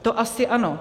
To asi ano.